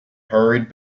hurried